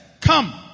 Come